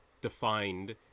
defined